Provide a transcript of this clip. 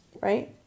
right